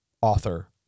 author